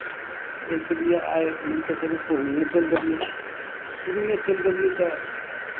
एहिके लिए आइ मानि कऽ चलू पूर्णिये चलि देलियै पूर्णिये चलि देलियै तऽ